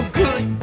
good